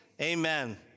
amen